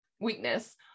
weakness